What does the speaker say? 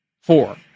Four